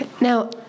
Now